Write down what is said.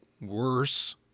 Worse